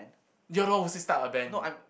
you're the one who said start a band